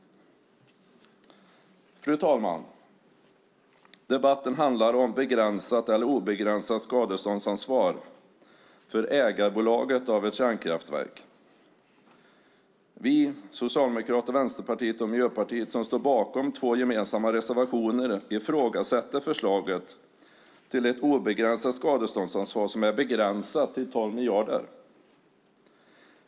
Fru talman! Debatten handlar om begränsat eller obegränsat skadeståndsansvar för bolaget som äger ett kärnkraftverk. Vi i Vänsterpartiet, Socialdemokraterna och Miljöpartiet som står bakom två gemensamma reservationer ifrågasätter förslaget till ett obegränsat skadeståndsansvar som är begränsat till 12 miljarder.